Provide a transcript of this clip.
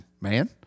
man